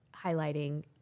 highlighting